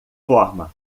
forma